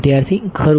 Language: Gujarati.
વિદ્યાર્થી ખરું